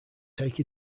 take